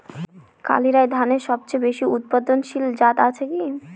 কালিরাই ধানের সবচেয়ে বেশি উৎপাদনশীল জাত আছে কি?